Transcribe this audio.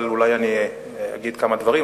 אבל אולי אני אגיד כמה דברים.